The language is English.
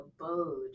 abode